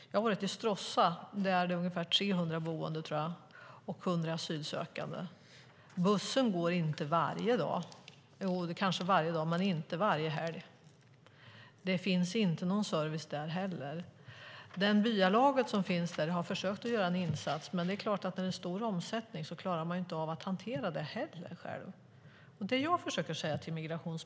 Jag har varit i Stråssa, där det finns ungefär 300 boende och 100 asylsökande. Bussen kanske går varje dag men inte varje helg. Det finns inte heller någon service där. Det byalag som finns där har försökt göra en insats, men när det är stor omsättning klarar man inte av att hantera det själv. Fru talman!